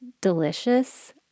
delicious